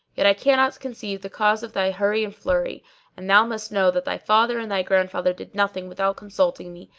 yet i cannot conceive the cause of thy hurry and flurry and thou must know that thy father and thy grandfather did nothing without consulting me,